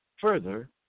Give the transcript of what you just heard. further